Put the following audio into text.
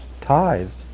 tithed